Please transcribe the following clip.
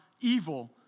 evil